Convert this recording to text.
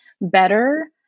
better